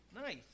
Nice